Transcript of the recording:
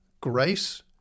grace